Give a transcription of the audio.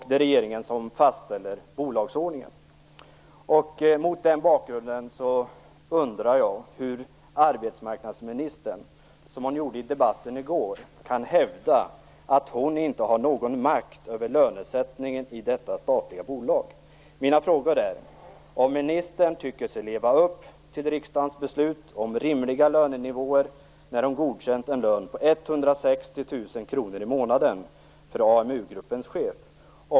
Det är regeringen som fastställer bolagsordningen. Mot den bakgrunden undrar jag hur arbetsmarknadsministern, som hon gjorde i debatten i går, kan hävda att hon inte har någon makt över lönesättningen i detta statliga bolag. Mina frågor är: Tycker ministern sig leva upp till riksdagens beslut om rimliga lönenivåer när hon godkänt en lön på 160 000 kr i månaden för AMU-gruppens chef?